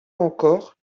encore